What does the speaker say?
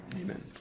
Amen